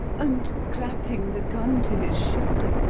and, clapping the gun to his shoulder,